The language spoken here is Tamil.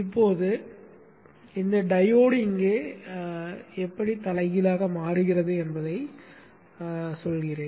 இப்போது இந்த டையோடு இங்கே எப்படி தலைகீழாக மாறுகிறது என்பதைச் சொல்கிறேன்